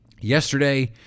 Yesterday